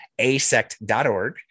ASECT.org